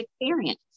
experience